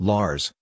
Lars